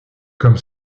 comme